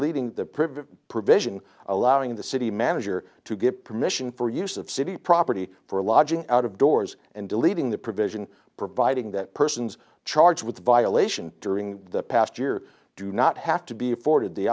provision allowing the city manager to give permission for use of city property for a lodging out of doors and deleting the provision providing that persons charged with violation during the past year do not have to be afforded the